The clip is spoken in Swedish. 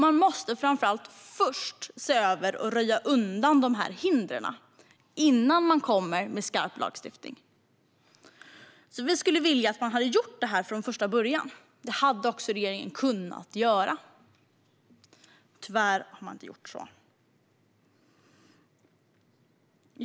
Man måste framför allt se över och röja undan dessa hinder innan man kommer med skarp lagstiftning. Vi önskar att man hade gjort det från första början. Regeringen hade också kunnat göra det, men tyvärr har man inte gjort så.